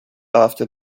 after